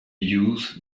use